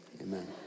Amen